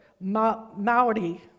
Maori